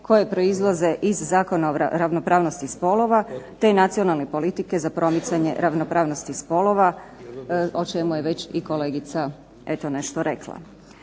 koje proizlaze iz Zakona o ravnopravnosti spolova, te nacionalne politike za promicanje ravnopravnosti spolova o čemu je već i kolegica eto nešto rekla.